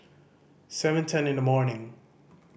seven ten in the morning